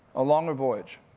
a longer voyage.